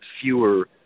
fewer